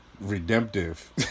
redemptive